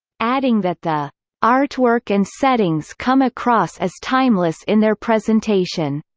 adding that the artwork and settings come across as timeless in their presentation.